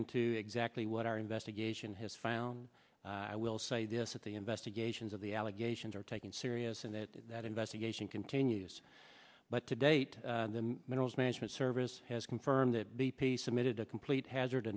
into exactly what our investigation has found i will say this at the investigations of the allegations are taken serious and that that investigation continues but to date the minerals management service has confirmed that b p submitted a complete hazard